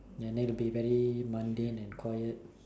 and that will be very mundane and quiet